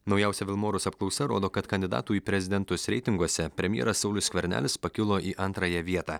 naujausia vilmorus apklausa rodo kad kandidatų į prezidentus reitinguose premjeras saulius skvernelis pakilo į antrąją vietą